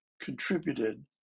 contributed